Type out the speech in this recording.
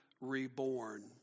reborn